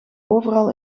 overal